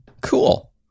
Cool